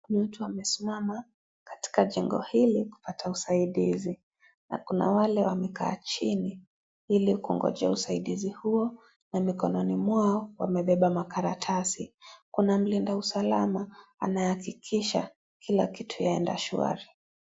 Kuna watu wamesimama, katika jengo hili kupata usaidizi na kuna wale wamekaa chini, ili kungojea usaidizi huo na mikononi mwao wamebeba makaratasi. Kuna mlinda usalama, anahakikisha kila kitu, yaenda swari.